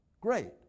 Great